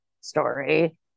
story